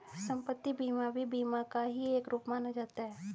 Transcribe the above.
सम्पत्ति बीमा भी बीमा का एक रूप ही माना जाता है